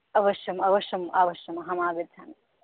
अवश्यम् अवश्यम् अवश्यम् अहमागच्छामि